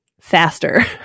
faster